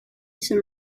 some